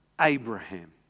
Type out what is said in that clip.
Abraham